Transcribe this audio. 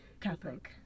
Catholic